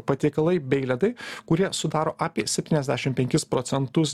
patiekalai bei ledai kurie sudaro apie septyniasdešim penkis procentus